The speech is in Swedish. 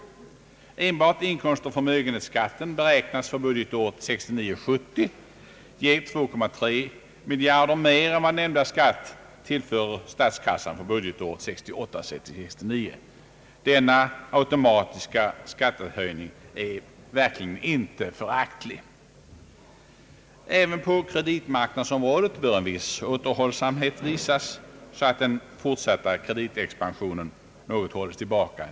Enbart inkomstoch förmögenhetsskatten beräknas för budgetåret 1969 69. Denna automatiska skattehöjning är verkligen inte föraktlig. Även på kreditmarknadsområdet bör viss återhållsamhet visas, så att den fortsatta kreditexpansionen något hålles tillbaka.